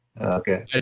Okay